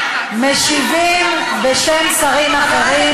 הוא יושב במזנון עכשיו.